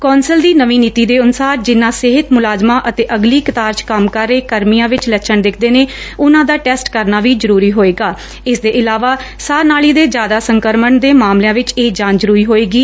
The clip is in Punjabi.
ਕੌਂਸਲ ਦੀ ਨਵੀਂ ਨੀਤੀ ਦੇ ਅਨੁਸਾਰ ਜਿਨਾਂ ਸਿਹਤ ਮੁਲਾਜਮਾਂ ਅਤੇ ਅਗਲੀ ਕਤਾਰ ਚ ਕੰਮ ਕਰ ਰਹੇ ਕਰਮੀਆਂ ਵਿਚ ਲੱਛਣ ਦਿਖਦੇ ਨੇ ਉਨਾ ਦਾ ਟੈਸਟ ਕਰਨਾ ਵੀ ਜ਼ਰੂਰੀ ਹੋਏਗਾ ਇਸ ਦੇ ਇਲਾਵਾ ਸਾਹ ਨਾਲੀ ਦੇ ਜ਼ਿਆਦਾ ਸੰਕਰਮਣ ਦੇ ਮਾਮਲਿਆਂ ਵਿਚ ਇਹ ਜਾਂਚ ਜ਼ਰੁਰੀ ਹੋਵੇਗੀ